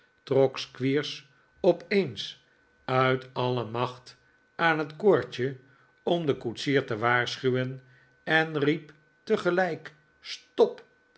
trok squeers opeens uit alle macht aan het koordje om den koetsier te waarschuwen en riep tegelijk stop